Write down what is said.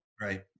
Right